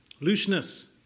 Looseness